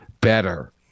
better